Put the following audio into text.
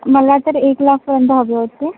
मला तर एक लाखपर्यंत हवे होते